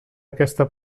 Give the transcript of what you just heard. aquesta